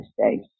States